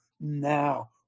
now